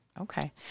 okay